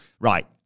Right